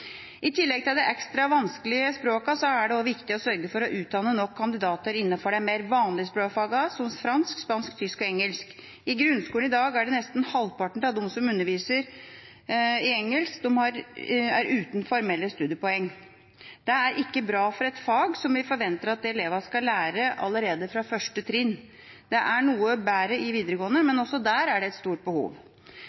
I tillegg til de ekstra vanskelige språkene er det viktig å sørge for å utdanne nok kandidater innenfor de mer «vanlige» språkfagene, som fransk, spansk, tysk og engelsk. I grunnskolen i dag er nesten halvparten av dem som underviser i engelsk, uten formelle studiepoeng. Det er ikke bra for et fag som vi forventer at elevene skal lære allerede fra første trinn. Det er noe bedre i videregående,